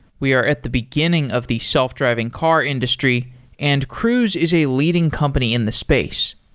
we are at the beginning of the self-driving car industry and cruise is a leading company in the space.